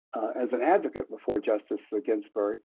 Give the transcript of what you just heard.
as an advocate before justice ah ginsburg,